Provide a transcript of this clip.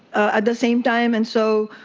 at the same time, and so,